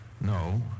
No